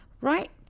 Right